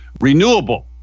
renewable